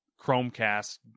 Chromecast